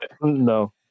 No